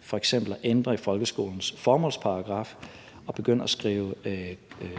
f.eks. at ændre i folkeskolens formålsparagraf og begynde at skrive ind,